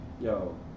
yo